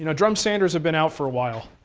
you know drum sanders have been out for a while,